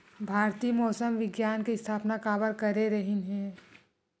भारती मौसम विज्ञान के स्थापना काबर करे रहीन है?